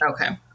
Okay